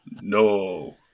No